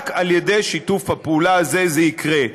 רק על ידי שיתוף הפעולה הזה זה יקרה.